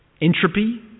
entropy